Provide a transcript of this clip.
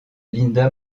linda